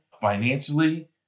financially